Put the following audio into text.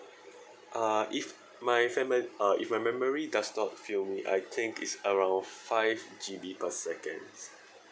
uh if my fami~ uh if my memory does not fail me I think is around five G_B per second